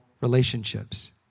relationships